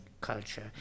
culture